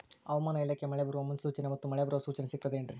ಹವಮಾನ ಇಲಾಖೆ ಮಳೆ ಬರುವ ಮುನ್ಸೂಚನೆ ಮತ್ತು ಮಳೆ ಬರುವ ಸೂಚನೆ ಸಿಗುತ್ತದೆ ಏನ್ರಿ?